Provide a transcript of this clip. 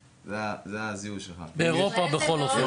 כך זה באירופה בכל אופן.